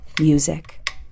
music